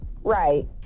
Right